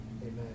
amen